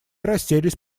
расселись